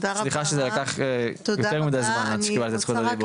סליחה שזה לקח יותר מידי זמן עד שקיבלת את זכות הדיבור.